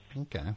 Okay